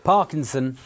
Parkinson